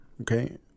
Okay